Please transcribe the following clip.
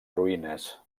ruïnes